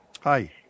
Hi